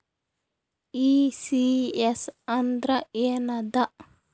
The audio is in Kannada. ಈ.ಸಿ.ಎಸ್ ಅಂದ್ರ ಏನದ?